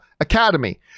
academy